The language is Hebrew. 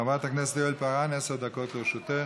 חברת הכנסת כהן-פארן, עד עשר דקות לרשותך.